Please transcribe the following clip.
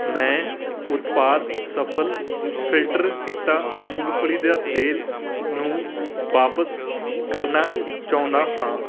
ਮੈਂ ਉਤਪਾਦ ਸਫਲ ਫਿਲਟਰ ਕੀਤਾ ਮੂੰਗਫਲੀ ਦਾ ਤੇਲ ਨੂੰ ਵਾਪਿਸ ਕਰਨਾ ਚਾਹੁੰਦਾ ਹਾਂ